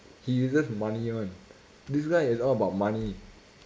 he uses money [one] this guy is all about money